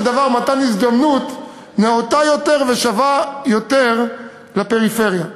דבר מתן הזדמנות נאותה יותר ושווה יותר לפריפריה.